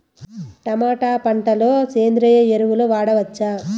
Tomato పంట లో సేంద్రియ ఎరువులు వాడవచ్చా?